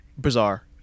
bizarre